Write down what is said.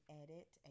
edit